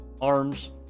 arms